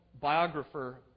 biographer